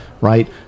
right